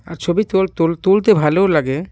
আর ছবি তোল তোল তুলতে ভালোও লাগে